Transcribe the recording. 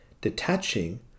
Detaching